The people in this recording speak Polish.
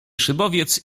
szybowiec